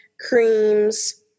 creams